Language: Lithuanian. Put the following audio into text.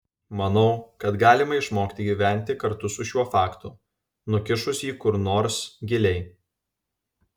manau kad galima išmokti gyventi kartu su šiuo faktu nukišus jį kur nors giliai